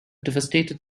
devastated